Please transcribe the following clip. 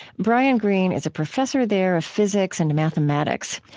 brian greene is a professor there of physics and mathematics.